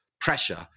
pressure